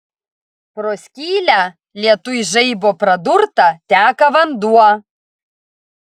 pro skylę lietuj žaibo pradurtą teka vanduo